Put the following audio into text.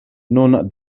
nun